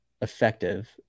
effective